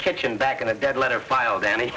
kitchen back in a dead letter file danny